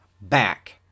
back